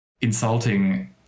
insulting